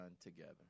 together